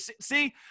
see